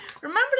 remember